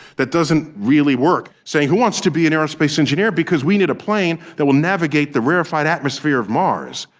that doesn't really work. saying who wants to be an aerospace engineer because we need a plane that can navigate the rarified atmosphere of mars.